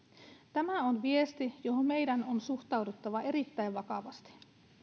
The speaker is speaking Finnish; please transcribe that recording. tämä on viesti johon meidän on suhtauduttava erittäin vakavasti